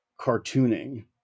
cartooning